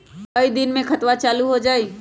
कई दिन मे खतबा चालु हो जाई?